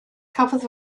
cafodd